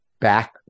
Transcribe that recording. back